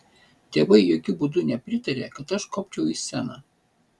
tėvai jokiu būdu nepritarė kad aš kopčiau į sceną